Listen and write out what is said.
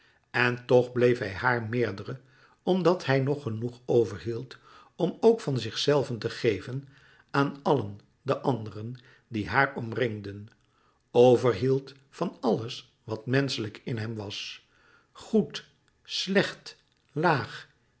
en toch bleef hij haar meerdere omdat hij nog genoeg overhield om ook van zichzelven te geven aan allen de anderen die haar omringden overhield van alles wat menschelijk in hem was goed slecht laag